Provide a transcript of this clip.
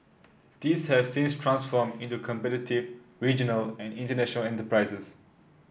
these have since transformed into competitive regional and international enterprises